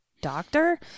doctor